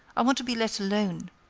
i want to be let alone.